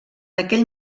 aquell